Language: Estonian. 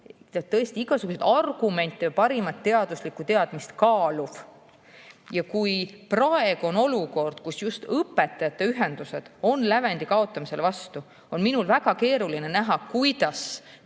ja tõesti igasuguseid argumente või parimat teaduslikku teadmist kaaluv. Kui praegu on olukord, kus just õpetajate ühendused on lävendi kaotamisele vastu, on minul väga keeruline näha, kuidas